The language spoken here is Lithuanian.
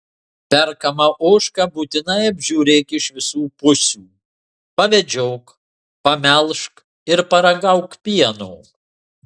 perkamą ožką būtinai apžiūrėk iš visų pusių pavedžiok pamelžk ir paragauk pieno